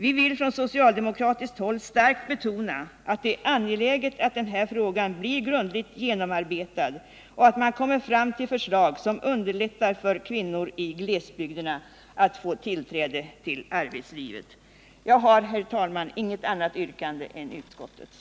Vi vill från socialdemokratiskt håll starkt betona att det är angeläget att den här frågan blir grundligt genomarbetad och att man kommer fram till förslag som underlättar för kvinnor i glesbygderna att få tillträde till arbetslivet. Jag har, herr talman, inget annat yrkande än utskottets.